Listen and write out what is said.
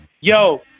yo